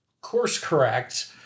course-correct